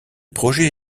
projet